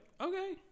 okay